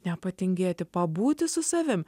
nepatingėti pabūti su savimi